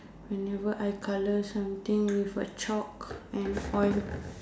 whenever I colour something with a chalk and all